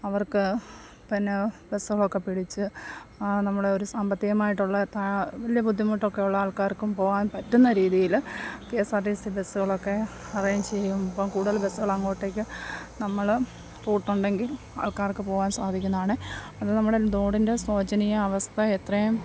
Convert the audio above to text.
അവർക്ക് പിന്നെ ബസ്സുകൾ ഒക്കെ പിടിച്ച് നമ്മളൊരു സാമ്പത്തികമായിട്ടുള്ള താ വലിയ ബുദ്ധിമുട്ടൊക്കെ ഉള്ള ആൾക്കാർക്കും പോവാൻ പറ്റുന്ന രീതിയിൽ K S R T C ബസ്സുകളൊക്കെ അറേഞ്ച് ചെയ്യുമ്പം കൂടുതൽ ബസ്സുകൾ അങ്ങോട്ടേയ്ക്ക് നമ്മൾ പോയിട്ടുണ്ടെങ്കിൽ ആൾക്കാർക്ക് പോവാൻ സാധിക്കുന്നതാണ് അത് നമ്മുടെ റോഡിൻ്റെ ശോചനീയാവസ്ഥ എത്രയും